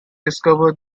discover